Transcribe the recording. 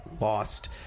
lost